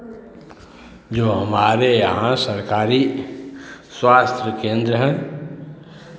जो हमारे यहाँ सरकारी स्वास्थ्य केंद्र हैं